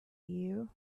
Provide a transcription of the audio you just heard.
you